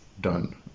done